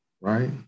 right